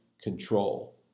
control